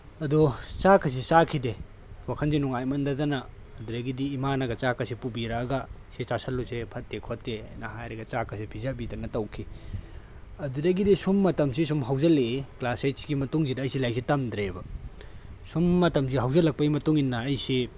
ꯑꯗꯣ ꯆꯥꯛꯀꯁꯦ ꯆꯥꯈꯤꯗꯦ ꯋꯥꯈꯜꯁꯦ ꯅꯨꯉꯥꯏꯃꯟꯗꯗꯅ ꯑꯗꯨꯗꯒꯤꯗꯤ ꯏꯃꯥꯅꯒ ꯆꯥꯛꯀꯁꯦ ꯄꯨꯕꯤꯔꯛꯑꯒ ꯁꯦ ꯆꯥꯁꯤꯜꯂꯨꯁꯦ ꯐꯠꯇꯦ ꯈꯣꯠꯇꯦ ꯍꯥꯏꯅ ꯍꯥꯏꯔꯒ ꯆꯥꯛꯀꯁꯦ ꯄꯤꯖꯗꯅ ꯇꯧꯈꯤ ꯑꯗꯨꯗꯒꯤꯗꯤ ꯁꯨꯝ ꯃꯇꯝꯁꯦ ꯍꯧꯖꯤꯜꯂꯛꯑꯦ ꯀ꯭ꯂꯥꯁ ꯑꯩꯠꯁꯤꯒꯤ ꯃꯇꯨꯡꯁꯤꯗ ꯑꯩꯁꯦ ꯂꯥꯏꯔꯤꯛꯁꯦ ꯇꯝꯗ꯭ꯔꯦꯕ ꯁꯨꯝ ꯃꯇꯝꯁꯦ ꯍꯧꯖꯜꯂꯛꯄꯒꯤ ꯃꯇꯨꯡ ꯏꯟꯅ ꯑꯩꯁꯦ